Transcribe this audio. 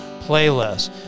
playlist